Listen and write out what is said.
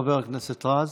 חבר הכנסת רז,